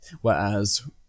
whereas